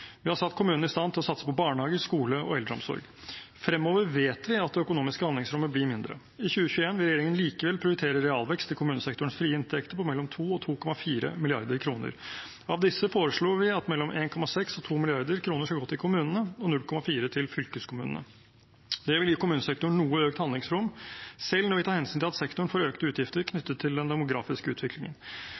Vi har satt kommunene i stand til å satse på barnehage, skole og eldreomsorg. Fremover vet vi at det økonomiske handlingsrommet blir mindre. I 2021 vil regjeringen likevel prioritere realvekst i kommunesektorens frie inntekter på mellom 2 mrd. kr og 2,4 mrd. kr. Av disse foreslår vi at mellom 1,6 mrd. kr og 2 mrd. kr skal gå til kommunene og 0,4 mrd. kr til fylkeskommunene. Det vil gi kommunesektoren noe økt handlingsrom, selv når vi tar hensyn til at sektoren får økte utgifter knyttet til den demografiske utviklingen.